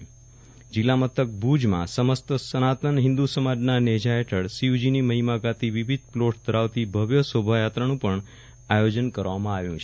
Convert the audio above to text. દરમ્યાન જીલ્લા મથક ભુજમાં સમસ્ત સનાતન હિન્દુ સમાજના નેજા ફેઠળ શિવજીની મહિમા ગાતા વિવિધ ફલોટસ તથા શોભાયાત્રાનું આયોજન કરવામાં આવ્યુ છે